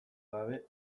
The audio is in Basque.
gabe